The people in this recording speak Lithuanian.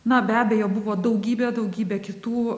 na be abejo buvo daugybė daugybė kitų